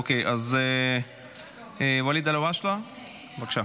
אוקיי, אז ואליד אלהואשלה, בבקשה.